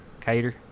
Cater